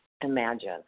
imagine